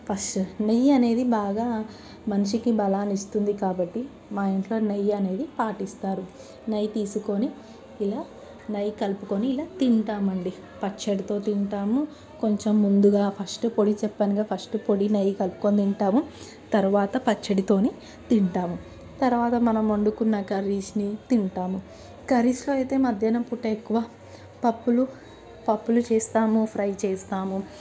first నెయ్యి అనేది బాగా మనిషికి బలాన్ని ఇస్తుంది కాబట్టి మా ఇంట్లో నెయ్యి అనేది పాటిస్తారు నెయ్యి తీసుకొని ఇలా నెయ్యి కలుపుకొని ఇలా తింటామండి పచ్చడితో తింటాము కొంచెం ముందుగా ఫస్ట్ పొడి చెప్పాను కదా ఫస్ట్ పొడి నెయ్యి కలుపుకొని తింటాము తర్వాత పచ్చడితోని తింటాము తర్వాత మనం వండుకున్నాక కర్రీస్ని తింటాము కర్రీస్లో అయితే మధ్యాహ్నం పూట ఎక్కువ పప్పులు పప్పులు చేస్తాము ఫ్రై చేస్తాము